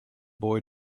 boy